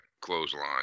clothesline